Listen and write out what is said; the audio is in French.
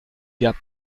gap